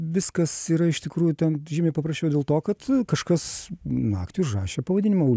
viskas yra iš tikrųjų ten žymiai paprasčiau dėl to kad kažkas naktį užrašė pavadinimą